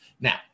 Now